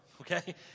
okay